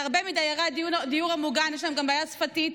הרי לרבים מהדיור המוגן יש גם בעיית שפה,